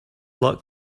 luck